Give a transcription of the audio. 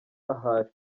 ahari